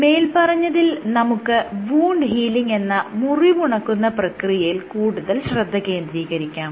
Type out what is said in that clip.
മേല്പറഞ്ഞതിൽ നമുക്ക് wound healing എന്ന മുറിവുണക്കുന്ന പ്രക്രിയയിൽ കൂടുതൽ ശ്രദ്ധ കേന്ദ്രീകരിക്കാം